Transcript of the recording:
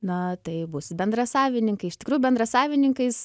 na tai busit bendrasavininkai iš tikrųjų bendrasavininkais